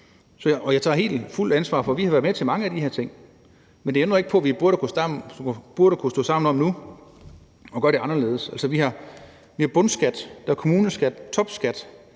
helt og fuldt ansvar for, at vi har været med til mange af de her ting. Men det ændrer jo ikke på, at vi burde kunne stå sammen om nu at gøre det anderledes. Altså, vi har bundskat, der er kommuneskat, topskat,